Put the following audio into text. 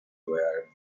were